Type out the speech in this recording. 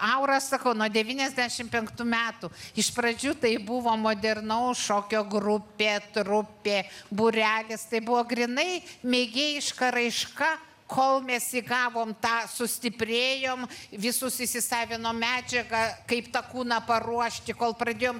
aura sakau nuo devyniasdešimt penktų metų iš pradžių tai buvo modernaus šokio grupė trupė būrelis tai buvo grynai mėgėjiška raiška kol mes įgavom tą sustiprėjom visus įsisavinom medžiagą kaip tą kūną paruošti kol pradėjom